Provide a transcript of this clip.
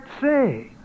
say